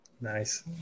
Nice